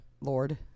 Lord